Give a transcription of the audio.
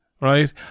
right